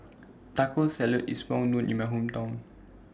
Taco Salad IS Well known in My Hometown